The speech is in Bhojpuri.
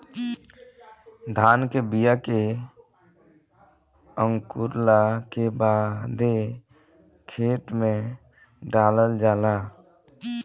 धान के बिया के अंकुरला के बादे खेत में डालल जाला